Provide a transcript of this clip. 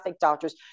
doctors